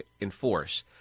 enforce